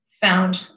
found